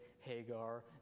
Hagar